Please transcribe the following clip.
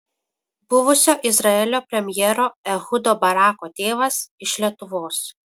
buvusio izraelio premjero ehudo barako tėvas iš lietuvos